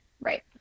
Right